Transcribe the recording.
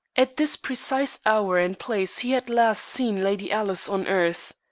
at this precise hour and place he had last seen lady alice on earth.